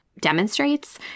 demonstrates